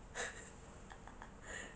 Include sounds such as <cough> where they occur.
<laughs>